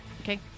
Okay